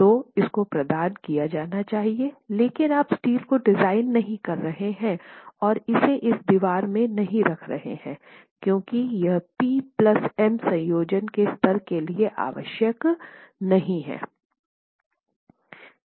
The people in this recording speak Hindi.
तो इसको प्रदान किया जाना है लेकिन आप स्टील को डिज़ाइन नहीं कर रहे हैं और इसे इस दीवार में नहीं रख रहे हैं क्योंकि यह पी प्लस एम संयोजन के स्तर के लिए आवश्यक नहीं है